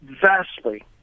vastly